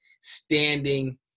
standing